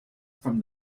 from